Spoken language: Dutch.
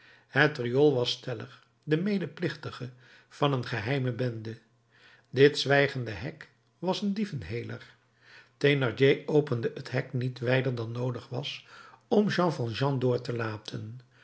het riool was stellig de medeplichtige van een geheime bende dit zwijgende hek was een dievenheler thénardier opende het hek niet wijder dan noodig was om jean valjean door te laten